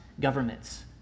governments